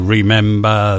Remember